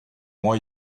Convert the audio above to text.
moi